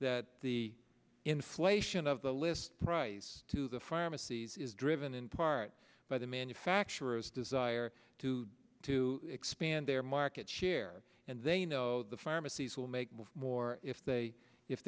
that the inflation of the list price to the pharmacies is driven in part by the manufacturers desire to to expand their market share and they know the pharmacies will make more if they if